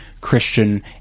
Christian